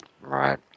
Right